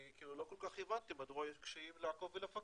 אני לא כל כך הבנתי מדוע יש קשיים לעקוב ולפקח.